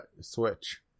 Switch